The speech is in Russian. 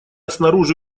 снаружи